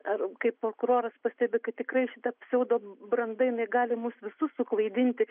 ar kaip prokuroras pastebi kad tikrai šita pseudo branda jinai gali mus visus suklaidinti